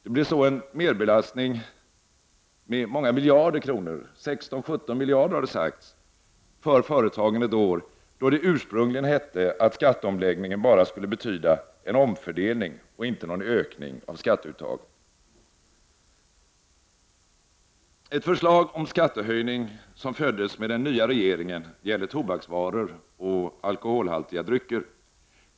Det blir i så fall en merbelastning med många miljarder kronor — 16 miljarder eller 17 miljarder, har det sagts — för företagen, och det ett år då det ursprungligen hette att skatteomläggningen bara skulle betyda en omfördelning och inte någon ökning av skatteuttaget. Ett förslag om skattehöjning som föddes med den nya regeringen gäller tobaksvaror och alkoholhaltiga drycker.